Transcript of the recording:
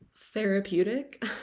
therapeutic